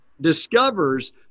discovers